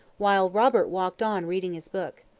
while robert walked on reading his book.